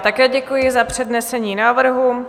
Také děkuji za přednesení návrhu.